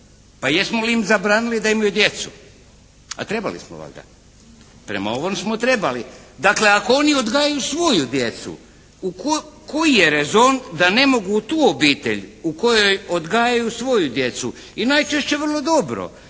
Pa jesmo li im zabranili da imaju djecu? A trebali smo valjda, prema ovome smo trebali. Dakle, ako oni odgajaju svoju djecu koji je rezon da ne mogu u tu obitelj u kojoj odgajaju svoju djecu i najčešće vrlo dobro